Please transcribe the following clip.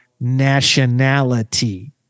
nationality